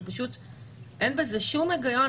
אין בזה שום היגיון.